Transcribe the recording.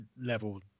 level